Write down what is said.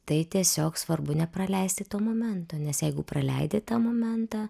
tai tiesiog svarbu nepraleisti to momento nes jeigu praleidi tą momentą